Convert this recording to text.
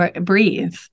breathe